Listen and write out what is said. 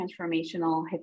transformational